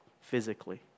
physically